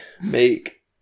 make